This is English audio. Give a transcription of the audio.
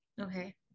Okay